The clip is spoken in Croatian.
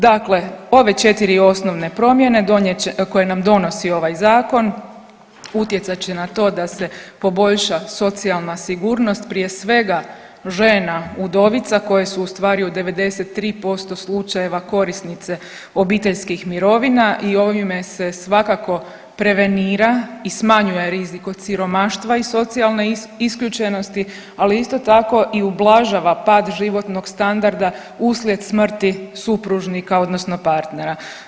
Dakle, ove 4 osnovne promjene donijet će, koje nam donosi ovaj Zakon, utjecat će na to da se poboljša socijalna sigurnost, prije svega žena udovica koje su ustvari u 93% slučajeva korisnice obiteljskih mirovina i ovime se svakako prevenira i smanjuje rizik od siromaštva i socijalne isključenosti, ali isto tako i ublažava pad životnog standarda uslijed smrti supružnika odnosno partnera.